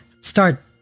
start